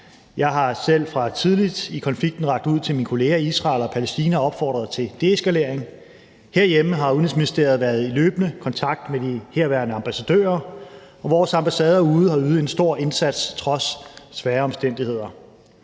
Jeg har selv fra tidligt i konflikten rakt ud til mine kolleger i Israel og Palæstina og opfordret til deeskalering. Herhjemme har Udenrigsministeriet været i løbende kontakt med de herværende ambassadører, og vores ambassader ude har ydet en stor indsats trods svære omstændigheder.